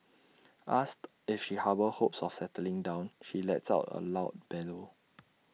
asked if she harbours hopes of settling down she lets out A loud bellow